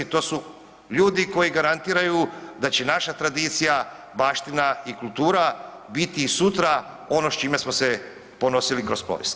To su ljudi koji garantiraju da će naša tradicija, baština i kultura biti i sutra ono s čime smo se ponosili kroz povijest.